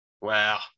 Wow